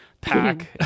pack